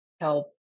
help